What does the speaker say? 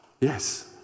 yes